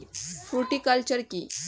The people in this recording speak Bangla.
ফ্রুটিকালচার কী?